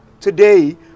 today